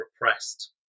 repressed